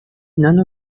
none